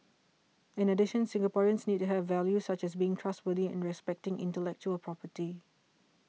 in addition Singaporeans need to have values such as being trustworthy and respecting intellectual property